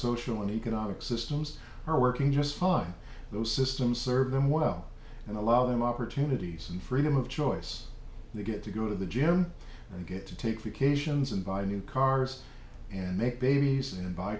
social and economic systems are working just fine those systems serve them well and allow them opportunities and freedom of choice they get to go to the gym and get to take vacations and buy new cars and make babies and buy